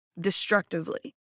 destructively